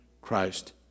Christ